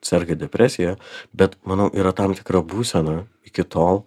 serga depresija bet manau yra tam tikra būsena iki tol